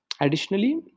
Additionally